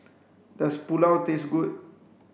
Does Pulao taste good